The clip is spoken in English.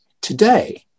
today